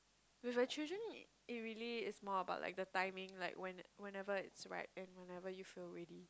with a children it really is more about like the timing like when whenever it's right and whenever you feel ready